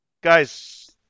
Guys